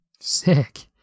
sick